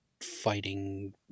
fighting